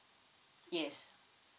yes